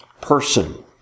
person